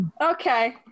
Okay